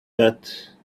that